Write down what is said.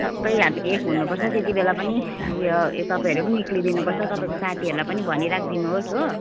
सबै हामी एक हुनुपर्छ त्यति बेला पनि उयो तपाईँहरू पनि निक्लिदिनुपर्छ तपाईँहरू साथीहरू पनि भनि राखिदिनुहोस् हो